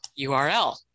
URL